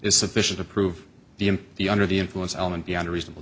is sufficient to prove the the under the influence element beyond reasonable